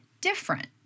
different